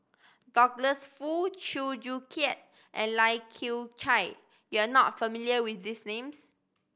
Douglas Foo Chew Joo Chiat and Lai Kew Chai you are not familiar with these names